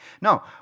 No